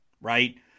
right